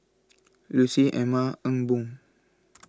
Lucy Emma Ee Boon